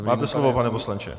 Máte slovo, pane poslanče.